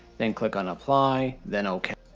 then click on apply, then ok.